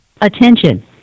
Attention